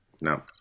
No